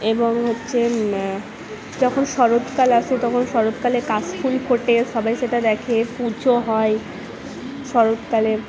এবং হচ্ছে যখন শরৎকাল আসে তখন শরৎকালে কাশ ফুল ফোটে সবাই সেটা দেখে পুজো হয় শরৎকালে